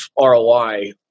ROI